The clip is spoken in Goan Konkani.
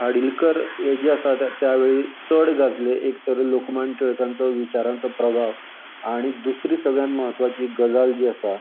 खाडीलकर हे जे आसा त्या वेळी चड गाजले एक तर लोकमान टिळकांचो विचारांचो प्रभाव आनी दुसरी सगळ्यांत म्हत्वाची गजाल जी आसा